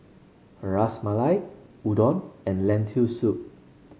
Ras Malai Udon and Lentil Soup